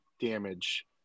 damage